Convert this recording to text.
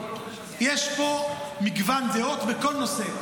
יש פה מגוון דעות בכל נושא.